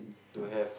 to have